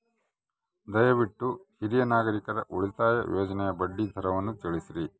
ದಯವಿಟ್ಟು ಹಿರಿಯ ನಾಗರಿಕರ ಉಳಿತಾಯ ಯೋಜನೆಯ ಬಡ್ಡಿ ದರವನ್ನು ತಿಳಿಸ್ರಿ